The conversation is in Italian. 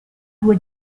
due